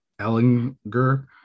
Ellinger